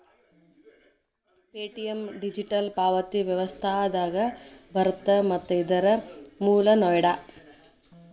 Paytm digital ಪಾವತಿ ವ್ಯವಸ್ಥೆದಾಗ ಬರತ್ತ ಮತ್ತ ಇದರ್ ಮೂಲ ನೋಯ್ಡಾ